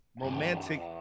romantic